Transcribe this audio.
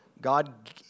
God